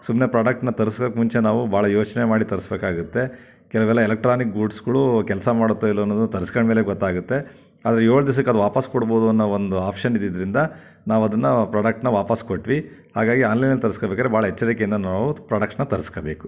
ಸುಮ್ಮನೆ ಪ್ರೊಡಕ್ಟ್ನಾ ತರ್ಸೋಕ್ ಮುಂಚೆ ನಾವು ಭಾಳ ಯೋಚನೆ ಮಾಡಿ ತರಿಸಬೇಕಾಗುತ್ತೆ ಕೆಲವೆಲ್ಲ ಎಲೆಕ್ಟ್ರಾನಿಕ್ ಗೂಡ್ಸ್ಗಳು ಕೆಲಸ ಮಾಡುತ್ತೋ ಇಲ್ಲವೋ ಅನ್ನೋದು ತರ್ಸ್ಕೊಂಡ್ ಮೇಲೆ ಗೊತ್ತಾಗುತ್ತೆ ಆದರೆ ಏಳು ದಿವ್ಸಕ್ಕೆ ಅದು ವಾಪಸ್ ಕೊಡ್ಬೋದು ಅನ್ನೋ ಒಂದು ಆಪ್ಷನ್ ಇದ್ದಿದ್ರಿಂದ ನಾವು ಅದನ್ನ ಪ್ರೊಡಕ್ಟನ್ನ ವಾಪಸ್ ಕೊಟ್ವಿ ಹಾಗಾಗಿ ಆನ್ಲೈನಲ್ಲಿ ತರ್ಸ್ಕಬೇಕಾರೆ ಭಾಳ ಎಚ್ಚರಿಕೆಯಿಂದ ನಾವು ಪ್ರೊಡಕ್ಟನ್ನ ತರ್ಸ್ಕೋಬೇಕು